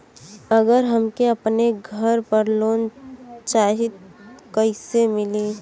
अगर हमके अपने घर पर लोंन चाहीत कईसे मिली?